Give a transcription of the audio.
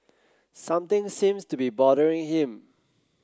something seems to be bothering him